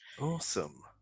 Awesome